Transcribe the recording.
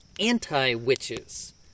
anti-witches